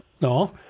No